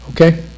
Okay